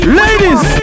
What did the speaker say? ladies